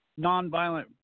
nonviolent